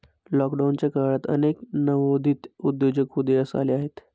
लॉकडाऊनच्या काळात अनेक नवोदित उद्योजक उदयास आले आहेत